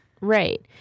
Right